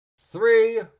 three